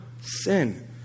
Sin